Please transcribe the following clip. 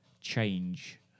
change